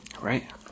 Right